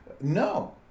No